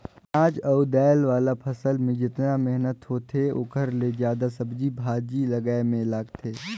अनाज अउ दायल वाला फसल मे जेतना मेहनत होथे ओखर ले जादा सब्जी भाजी लगाए मे लागथे